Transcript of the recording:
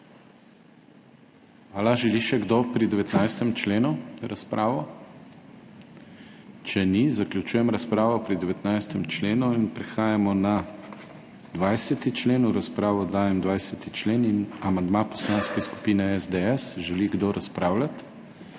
Hvala. Želi še kdo pri 19. členu razpravo.? (Ne.) Če ni, zaključujem razpravo pri 19. členu. In prehajamo na 20 člen. V razpravo dajem 20. člen in amandma Poslanske skupine SDS. Želi kdo razpravljati?